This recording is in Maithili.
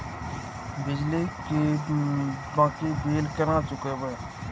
बिजली की बाकी बील केना चूकेबे?